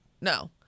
No